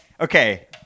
okay